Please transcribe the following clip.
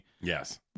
Yes